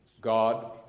God